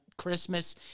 Christmas